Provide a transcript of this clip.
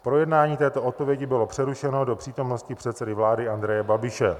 Projednávání této odpovědi bylo přerušeno do přítomnosti předsedy vlády Andreje Babiše.